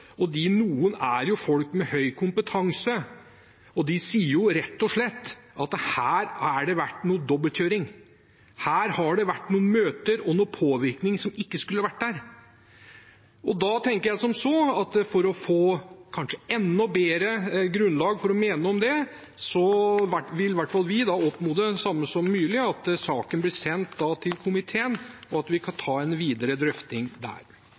at de fleste har det samme grunnleggende syn på hva som skal leveres av tjenester. Det jeg synes er det mest skremmende, er at noen – og disse noen er jo folk med høy kompetanse – påstår og rett og slett sier at her har det vært noe dobbeltkjøring. Her har det vært noen møter og noe påvirkning som ikke skulle ha vært der. Da tenker jeg som så at for å få kanskje enda bedre grunnlag for å mene noe om det, vil i hvert fall vi anbefale det samme som Myrli, at